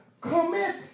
commit